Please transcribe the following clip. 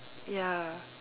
ya